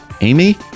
Amy